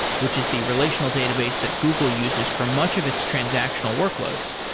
which is the relational database that google uses for much of its transactional workloads.